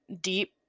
deep